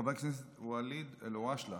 חבר הכנסת ואליד אלהואשלה.